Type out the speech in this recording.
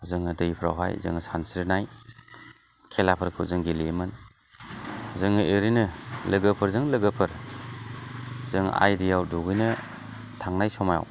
जोङो दैफ्रावहाय जोङो सानस्रिनाय खेलाफोरखौ जों गेलेयोमोन जों ओरैनो लोगोफोरजों लोगोफोर जों आइ दैआव दुगैनो थांनाय समाव